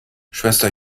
schwester